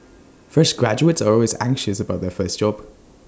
fresh graduates are always anxious about their first job